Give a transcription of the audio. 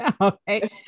okay